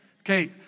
Okay